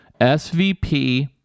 SVP